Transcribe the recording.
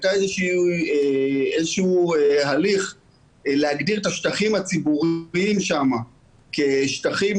איזשהו הליך להגדיר את השטחים הציבוריים שם כשטחים